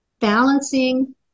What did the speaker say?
balancing